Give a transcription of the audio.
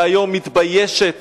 שהיום מתביישת